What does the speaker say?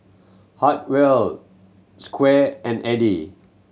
Hartwell Squire and Edie